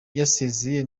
yasezeye